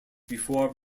before